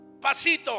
pasito